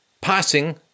passing